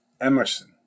Emerson